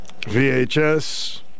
VHS